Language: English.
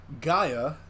Gaia